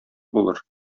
булыр